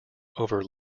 over